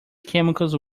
chemicals